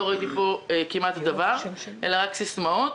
לא ראיתי פה כמעט דבר מלבד סיסמאות.